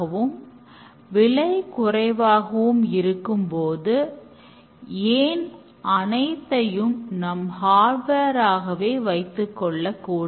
இது KIS கொள்கைகளை பின்பற்றி CRC கார்டுகளை உபயோகிக்கிறது